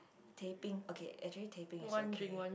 taping okay actually taping is okay